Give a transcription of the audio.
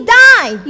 die